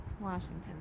Washington